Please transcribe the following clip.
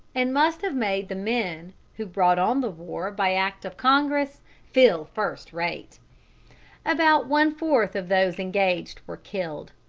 and must have made the men who brought on the war by act of congress feel first-rate. about one-fourth of those engaged were killed.